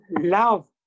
love